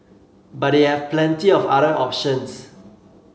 but they have plenty of other options